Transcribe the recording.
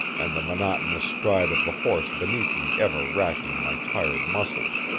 and the monotonous stride of the horse beneath me ever racking my tired muscles.